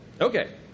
Okay